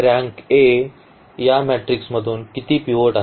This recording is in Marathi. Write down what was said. रँक A या मेट्रिक्स मधून किती पिव्होट आहेत